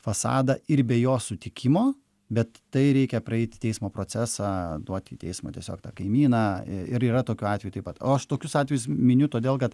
fasadą ir be jo sutikimo bet tai reikia praeiti teismo procesą duoti į teismą tiesiog tą kaimyną ir yra tokių atvejų taip pat o aš tokius atvejus miniu todėl kad